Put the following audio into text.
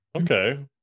Okay